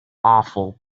awful